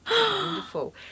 Wonderful